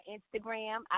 Instagram